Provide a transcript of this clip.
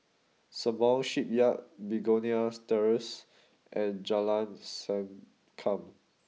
Sembawang Shipyard Begonia Terrace and Jalan Sankam